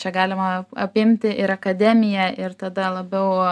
čia galima apimti ir akademiją ir tada labiau